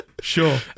Sure